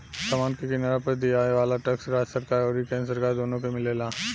समान के किनला पर दियाये वाला टैक्स राज्य सरकार अउरी केंद्र सरकार दुनो के मिलेला